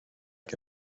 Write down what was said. que